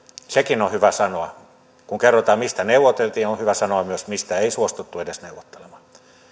sekin on hyvä sanoa kun kerrotaan mistä neuvoteltiin on hyvä sanoa myös mistä ei suostuttu edes neuvottelemaan